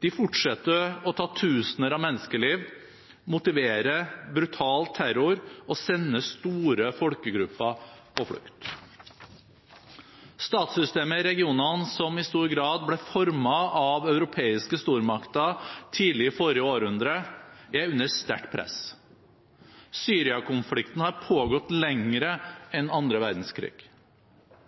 De fortsetter å ta tusener av menneskeliv, motiverer brutal terror og sender store folkegrupper på flukt. Statssystemet i regionen som i stor grad ble formet av europeiske stormakter tidlig i forrige århundre, er under sterkt press. Syria-konflikten har pågått lenger enn annen verdenskrig. Jemen har kommet i skyggen av andre